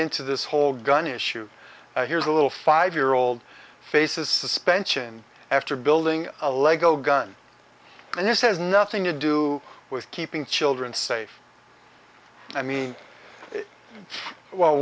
into this whole gun issue here's a little five year old faces suspension after building a lego gun and this has nothing to do with keeping children safe i mean